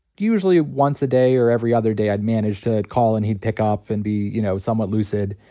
usually, once a day or every other day, i manage to call, and he'd pick up and be, you know, somewhat lucid.